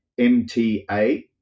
mta